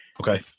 Okay